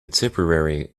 tipperary